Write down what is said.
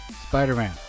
Spider-Man